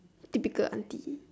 typical auntie